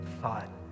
thought